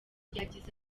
yagize